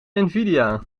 nvidia